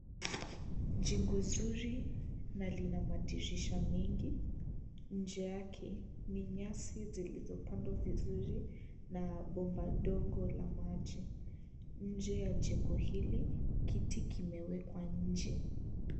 Jengo nzuri na lina madirisha mengi. Nje yake ni nyasi zilizopandwa vizuri na bomba ndogo la maji. Nje la jengo hili kiti kimewekwa nje.